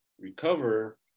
recover